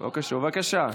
בבקשה.